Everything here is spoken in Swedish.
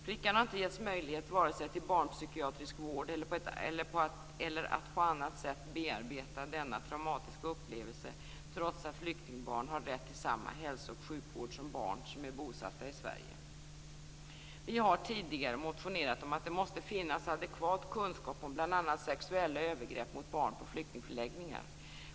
Flickan har inte getts möjlighet vare sig till barnpsykiatrisk vård eller att på annat sätt bearbeta denna traumatiska upplevelse, trots att flyktingbarn har rätt till samma hälso och sjukvård som barn som är bosatta i Sverige. Vi har tidigare motionerat om att det måste finnas adekvat kunskap om bl.a. sexuella övergrepp mot barn på flyktingförläggningar.